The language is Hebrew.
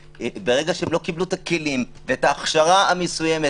ברגע שהם לא קיבלו את הכלים ואת ההכשרה המסוימת